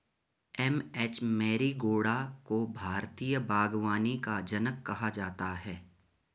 M H Marigowda को भारतीय बागवानी का जनक कहा जाता है